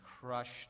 crushed